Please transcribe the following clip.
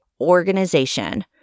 organization